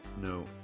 No